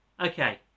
Okay